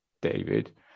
david